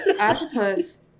octopus